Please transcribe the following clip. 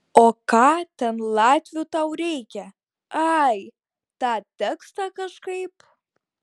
o ką ten latvių tau reikia ai tą tekstą kažkaip